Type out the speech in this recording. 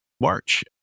March